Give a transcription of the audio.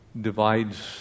divides